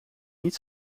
niet